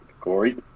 Corey